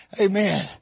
amen